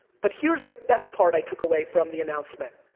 but here is the best part i took away from the announcement.